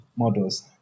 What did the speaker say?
models